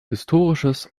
historisches